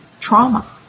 trauma